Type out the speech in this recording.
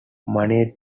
money